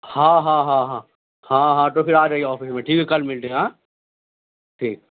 ہاں ہاں ہاں ہاں ہاں ہاں ہاں تو پھر آ جائیے آفس میں ٹھیک ہے کل ملتے ہیں ہاں ٹھیک